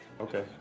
Okay